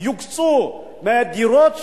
יוקצו מדירות שיימכרו,